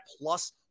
plus